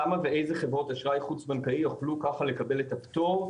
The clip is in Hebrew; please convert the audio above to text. כמה ואיזה חברות אשראי חוץ בנקאיות יוכלו ככה לקבל את הפטור,